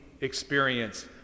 experience